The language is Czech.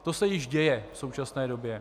To se již děje v současné době.